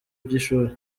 by’ishuri